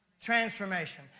transformation